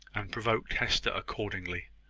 and provoked hester accordingly.